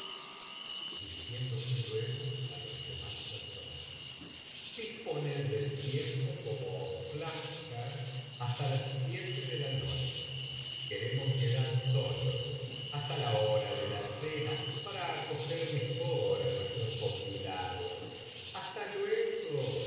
veloz y segura sale banquo adiós dirigiéndose luego á los demás personajes disponed del tiempo como os plazca hasta las siete de la noche queremos quedar sólo hasta la hora de la cena para acoger mejor á nuestros convidados hasta luego